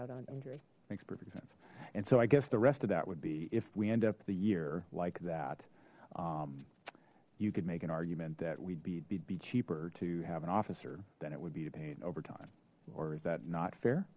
out on injury makes perfect sense and so i guess the rest of that would be if we end up the year like that you could make an argument that we'd be cheaper to have an officer than it would be to paying overtime or is that not fair